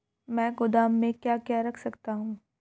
मैं गोदाम में क्या क्या रख सकता हूँ?